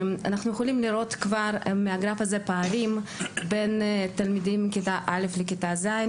אנחנו יכולים לראות כבר מהגרף הזה פערים בין תלמידי כיתה א' לכיתה ז',